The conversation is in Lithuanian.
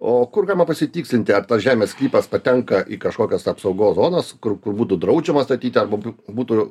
o kur galima pasitikslinti ar tas žemės sklypas patenka į kažkokias apsaugos zonas kur būtų draudžiama statyti arba būtų